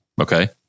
Okay